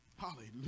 Hallelujah